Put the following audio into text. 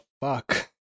fuck